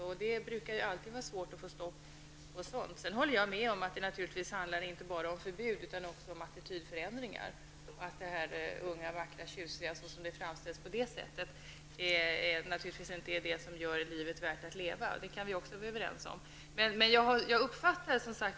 Och det brukar ju alltid vara svårt att få stopp på sådant. Sedan håller jag med om att det naturligtvis inte bara handlar om förbud utan även om attitydförändringar, att det unga, vackra och tjusiga, som det framställs, naturligtvis inte är det som gör livet värt att leva. Det kan vi också vara överens om.